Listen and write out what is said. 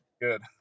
good